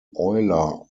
euler